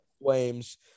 Flames